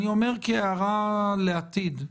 אני אומר כהערה לעתיד: